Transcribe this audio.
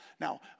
Now